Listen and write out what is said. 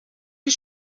die